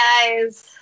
guys